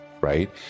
right